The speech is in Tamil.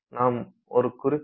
நாம் ஒரு குறிப்பிட்ட வகையில் 0